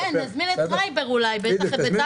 כן, נזמין את טרייבר אולי, את בצלאל